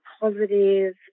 positive